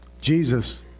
Jesus